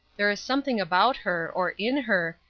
there is something about her, or in her,